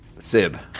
Sib